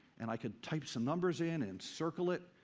and i could type some numbers in, and circle it,